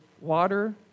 water